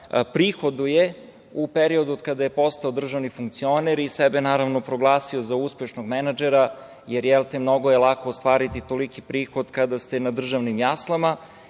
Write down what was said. prihoduje u periodu od kada je postao državni funkcioner i sebe naravno proglasio za uspešnog menadžera, jer mnogo je lako ostvariti toliki prihod kada ste na državnim jaslama